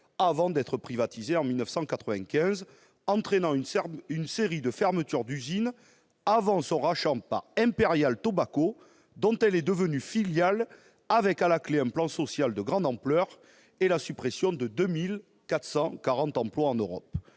avant d'être privatisée en 1995, entraînant une série de fermetures d'usines avant son rachat par Imperial Tobacco, dont elle est devenue filiale avec, à la clé, un plan social de grande ampleur et la suppression de 2 440 emplois en Europe.